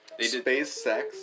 SpaceX